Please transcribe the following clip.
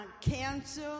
cancer